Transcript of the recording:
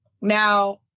now